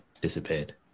disappeared